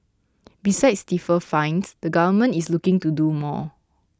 besides stiffer fines the Government is looking to do more